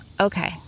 okay